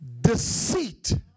Deceit